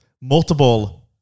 multiple